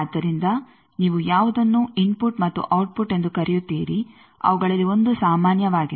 ಆದ್ದರಿಂದ ನೀವು ಯಾವುದನ್ನು ಇನ್ಫುಟ್ ಮತ್ತು ಔಟ್ಪುಟ್ ಎಂದು ಕರೆಯುತ್ತೀರಿ ಅವುಗಳಲ್ಲಿ 1 ಸಾಮಾನ್ಯವಾಗಿದೆ